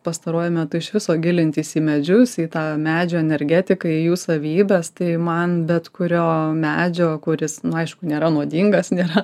pastaruoju metu iš viso gilintis į medžius į tą medžio energetiką į jų savybes tai man bet kurio medžio kuris na aišku nėra nuodingas nėra